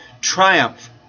triumph